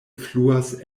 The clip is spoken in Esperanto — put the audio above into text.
fluas